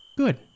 Good